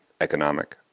economic